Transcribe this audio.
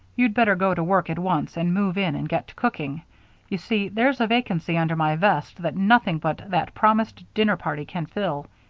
you'd better go to work at once and move in and get to cooking you see, there's a vacancy under my vest that nothing but that promised dinner party can fill.